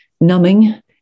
numbing